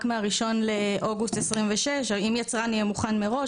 מה-1 באוגוסט 2026. אם יצרן יהיה מוכן מראש,